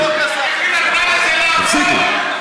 תפסיקו.